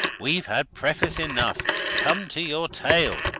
we've had preface enough come to your tale!